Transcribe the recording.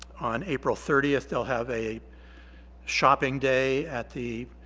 on april thirtieth they'll have a shopping day at the